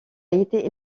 été